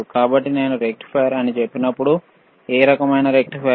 కాబట్టి నేను రెక్టిఫైయర్ అని చెప్పినప్పుడు ఏ రకమైన రెక్టిఫైయర్